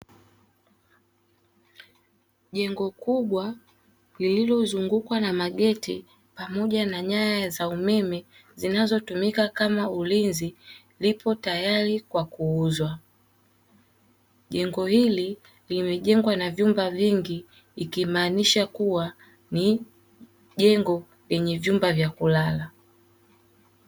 Jengo kubwa lililozungukwa na mageti pamoja na nyaya za umeme zinazotumika kwa ajili ya ulinzi, lipo tayari kwa kuuzwa. Jengo hili limejengwa na vyumba vingi, ikimaanisha kuwa ni jengo lenye vyumba vya kulala.